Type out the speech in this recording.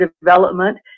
development